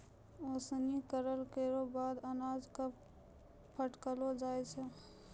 ओसौनी करला केरो बाद अनाज क फटकलो जाय छै